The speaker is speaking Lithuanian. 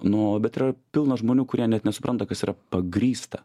nu bet yra pilna žmonių kurie net nesupranta kas yra pagrįsta